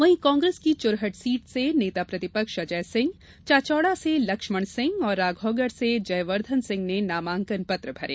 वहीं कांग्रेस की ओर चुरहट सीट से नेता प्रतिपक्ष अजय सिंह चाचोड़ा से लक्ष्मण सिंह और राघोगढ़ से जयवर्धन सिंह ने नामांकन पत्र भरे